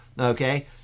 Okay